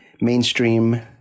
mainstream